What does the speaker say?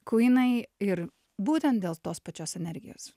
kuinai ir būtent dėl tos pačios energijos